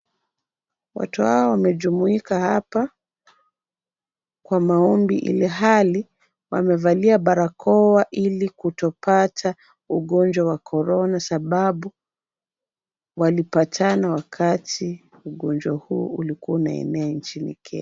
Watu hawa wamejumuika hapa kwa maombi ilhali wamevalia barakoa ili kutopata ugonjwa wa korona sababu walipatana wakati ugonjwa huo ulikuwa unaenea nchini Kenya.